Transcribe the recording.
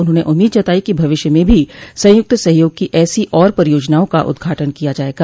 उन्होंने उम्मीद जताई कि भविष्य में भी संयुक्त सहयोग की ऐसी और परियोजनओं का उद्घाटन किया जाएगा